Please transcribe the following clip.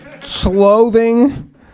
clothing